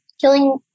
killing